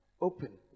open